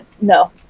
no